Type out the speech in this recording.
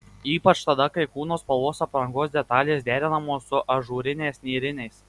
ypač tada kai kūno spalvos aprangos detalės derinamos su ažūriniais nėriniais